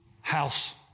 house